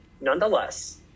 nonetheless